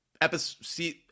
episode